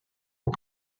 aux